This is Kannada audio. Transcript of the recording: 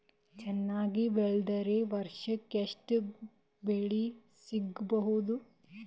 ಚೆನ್ನಾಗಿ ಬೆಳೆದ್ರೆ ವರ್ಷಕ ಎಷ್ಟು ಬೆಳೆ ಸಿಗಬಹುದು?